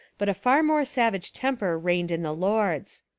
but a far more savage temper reigned in the lords.